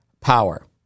power